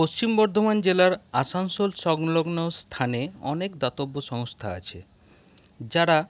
পশ্চিম বর্ধমান জেলার আসানসোল সংলগ্ন স্থানে অনেক দাতব্য সংস্থা আছে যারা